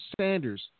Sanders